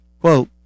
quote